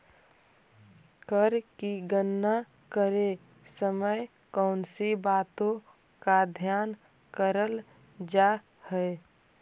कर की गणना करे समय कौनसी बातों का ध्यान रखल जा हाई